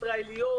ישראליות,